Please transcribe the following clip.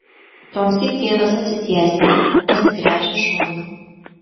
tuomsyk tėvas atsitiesia pasigręžia šonu